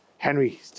Henry